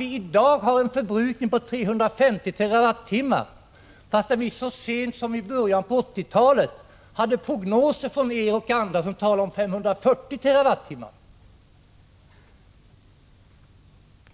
i dag en förbrukning på 350 TWh, fastän det som sent som i början på 1980-talet i prognoser från er talades om en förbrukning på 540 TWh.